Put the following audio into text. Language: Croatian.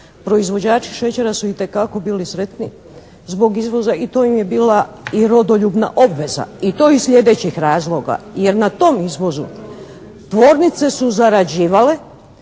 proizvođači šećera su itekako bili sretni zbog izvoza i to im je bila i rodoljubna obveza i to iz sljedećih razloga, jer na tom izvozu tvornice su zarađivale,